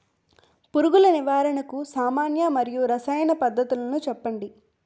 పురుగుల నివారణకు సామాన్య మరియు రసాయన పద్దతులను చెప్పండి?